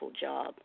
job